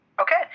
okay